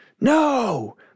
no